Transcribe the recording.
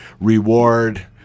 reward